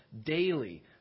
daily